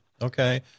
Okay